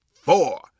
four